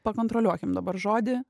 pakontroliuokim dabar žodį